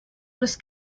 was